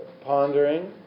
pondering